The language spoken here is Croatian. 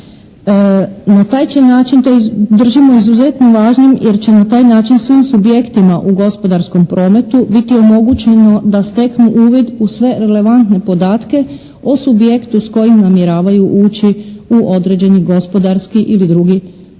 Na taj će način, to držimo izuzetno važnim jer će na taj način svim subjektima u gospodarskom prometu biti omogućeno da steknu uvid u sve relevantne podatke o subjektu s kojim namjeravaju ući u određeni gospodarski ili drugi pravni